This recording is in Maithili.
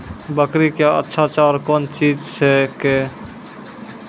बकरी क्या अच्छा चार कौन चीज छै के?